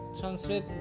Translate